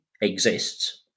exists